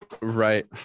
Right